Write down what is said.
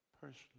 personally